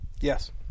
Yes